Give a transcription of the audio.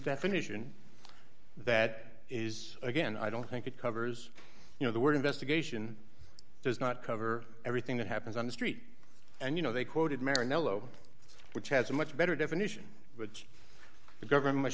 definition that is again i don't think it covers you know the word investigation does not cover everything that happens on the street and you know they quoted mary nello which has a much better definition which the government